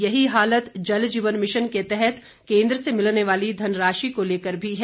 यही हालत जलजीवन मिशन के तहत केंद्र से मिलने वाली धनराशी को लेकर भी है